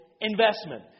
investment